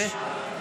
איזה?